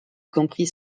compris